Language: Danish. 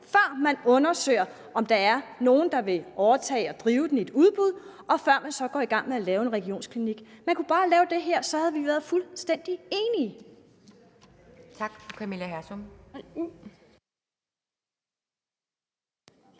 før man undersøger, om der er nogen, der vil overtage og drive den ved et udbud, og før man så går i gang med at lave en regionsklinik. Man kunne bare have lavet det her, så havde vi været fuldstændig enige.